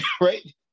right